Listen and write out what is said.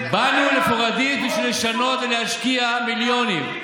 באנו לפוריידיס בשביל לשנות ולהשקיע מיליונים,